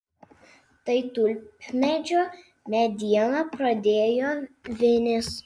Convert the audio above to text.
tai tulpmedžio mediena pradėjo vinis